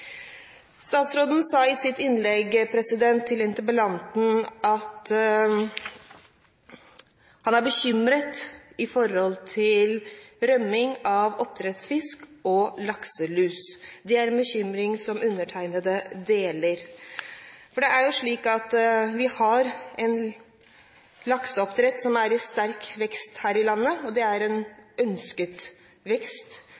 Statsråden sa i sitt innlegg til interpellanten at han er bekymret for rømming av oppdrettsfisk og lakselus. Det er en bekymring jeg deler. Vi har et lakseoppdrett som er i sterk vekst her i landet. Det er en ønsket vekst,